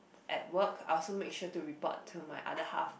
at work I also make to report to my other half